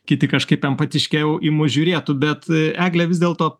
kiti kažkaip empatiškiau į mus žiūrėtų bet egle vis dėlto